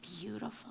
beautiful